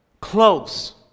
close